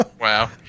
Wow